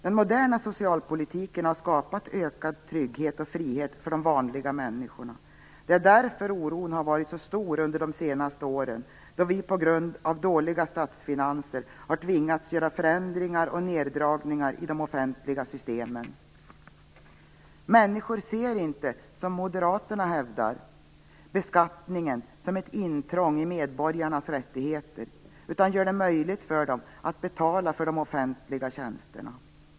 Den moderna socialpolitiken har skapat ökad trygghet och frihet för de vanliga människorna. Det är därför oron har varit så stor under de senaste åren, då vi på grund av dåliga statsfinanser har tvingats göra förändringar och neddragningar i de offentliga systemen. Människor ser inte beskattningen som ett intrång i medborgarnas rättigheter, som moderaterna hävdar, utan som något som gör det möjligt för dem att betala för de offentliga tjänsterna.